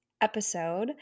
episode